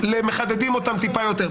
מחדדים אותן טיפה יותר.